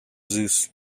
zeus